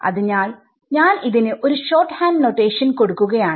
അതിനാൽ ഞാൻ ഇതിന് ഒരു ഷോർട്ഹാൻഡ് നൊറ്റേഷൻകൊടുക്കുകയാണ്